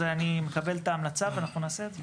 אני מקבל את ההמלצה ואנחנו נעשה את זה,